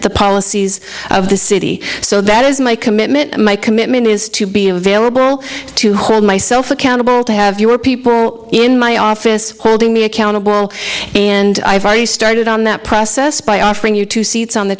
the policies of the city so that is my commitment my commitment is to be available to hold myself accountable to have you are people in my office holding me accountable and i've already started on that process by offering you two seats on the